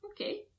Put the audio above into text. Okay